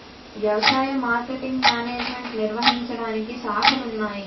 వ్యవసాయ marketing management నిర్వహించడానికి శాఖలున్నాయి